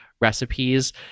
recipes